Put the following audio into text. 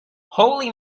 holy